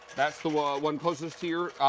that's the one one closest here.